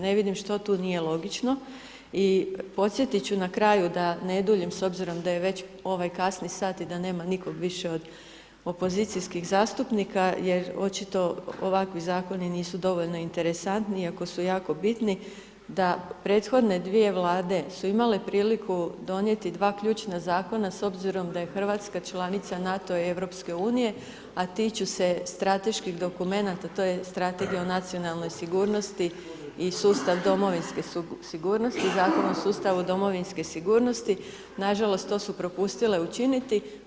Ne vidim što tu nije logično i podsjetiti ću na kraju, da ne duljim, s obzirom da je već ovaj kasni sat i da nema više nikog od opozicijskih zastupnika, jer očito ovakvi zakoni nisu dovoljno interesantni, iako su jako bitni, da prethodne 2 vlade su imale priliku, donijeti 2 ključna zakona, s obzirom da je Hrvatska članica NATO i EU, a tiču se strateških dokumenata, tj. strategija o nacionalnoj sigurnosti i sustav domovinske sigurnosti, Zakon o sustavu domovinske sigurnosti, nažalost, to su propustile učiniti.